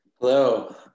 Hello